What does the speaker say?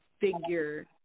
figure